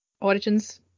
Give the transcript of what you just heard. origins